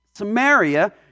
Samaria